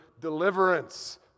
deliverance